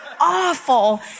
awful